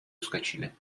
ускочили